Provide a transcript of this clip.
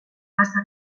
faça